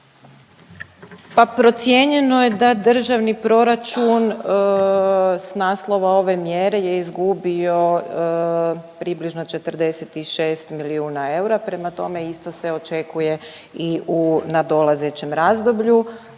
Pa procijenjeno je da državni proračun sa naslova ove mjere je izgubio približno 46 milijuna eura. Prema tome, isto se očekuje i u nadolazećem razdoblju.